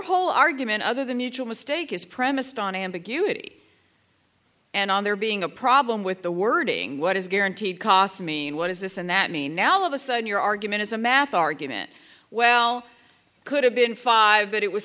whole argument other than usual mistake is premised on ambiguity and on there being a problem with the wording what is guaranteed casa mean what is this and that mean now all of a sudden your argument is a math argument well could have been five but it was